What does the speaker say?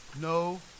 No